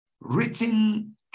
written